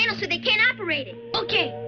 you know so they can't operate it. ok.